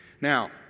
Now